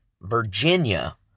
Virginia